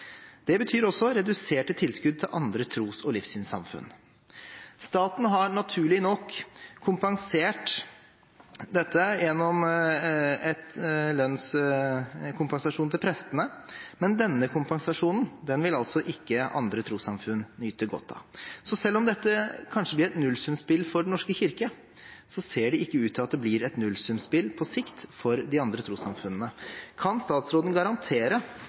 Det betyr også reduserte tilskudd til andre tros- og livssynssamfunn. Staten har naturlig nok kompensert dette gjennom en lønnskompensasjon til prestene, men denne kompensasjonen vil altså ikke andre trossamfunn nyte godt av. Selv om dette kanskje blir et nullsumspill for Den norske kirke, ser det ikke ut til å bli et nullsumspill for de andre trossamfunnene på sikt. Kan statsråden garantere